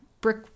brick